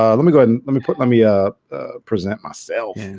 um let me go ahead and let me put let me ah present myself